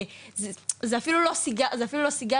זה אפילו לא סיגריה,